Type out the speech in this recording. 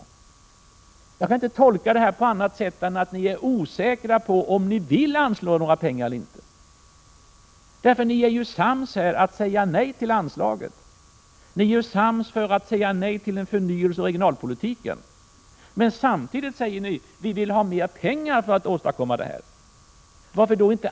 Jag kan inte tolka det här på annat sätt än att ni är osäkra på om ni vill anslå några pengar eller inte. Ni är ju sams om att säga nej till anslaget. Ni är sams om att säga nej till en förnyelse av regionalpolitiken. Men samtidigt säger ni: Vi vill ha mer pengar för att åstadkomma förbättringar.